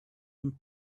and